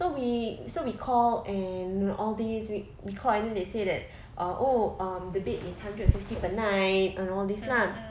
so we so we called and all these we we called and then they said that uh oh um the bed is hundred fifty per night and all this lah